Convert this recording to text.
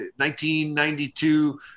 1992